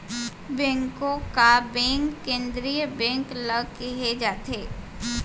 बेंको का बेंक केंद्रीय बेंक ल केहे जाथे